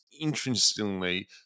interestingly